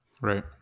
Right